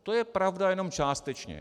To je pravda jenom částečně.